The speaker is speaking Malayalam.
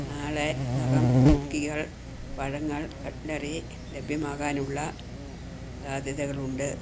നാളെ നകം കുക്കികൾ പഴങ്ങൾ കട്ട്ലറി ലഭ്യമാകാനുള്ള സാധ്യതകളുണ്ട്